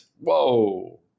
Whoa